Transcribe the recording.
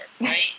right